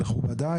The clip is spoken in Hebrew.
מכובדי,